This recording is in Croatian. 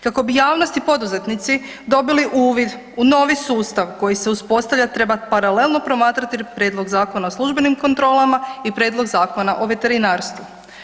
Kako bi javnost i poduzetnici dobili uvid u novi sustav koji se uspostavlja treba paralelno promatrati prijedlog Zakona o službenim kontrolama i prijedlog Zakona o veterinarstvu.